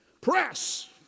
Press